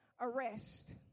arrest